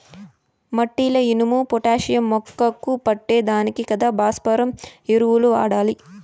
మట్టిల ఇనుము, పొటాషియం మొక్కకు పట్టే దానికి కదా భాస్వరం ఎరువులు వాడాలి